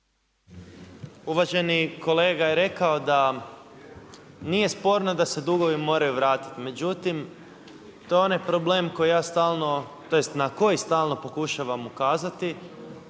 Uvaženi kolega je rekao da nije sporno da se dugovi moraju vratiti međutim, to je onaj problem na koji stalno pokušavam ukazati,